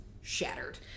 shattered